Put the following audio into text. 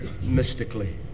mystically